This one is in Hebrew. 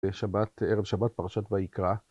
שבת, ערב שבת פרשת ויקרא.